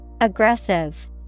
Aggressive